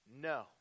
No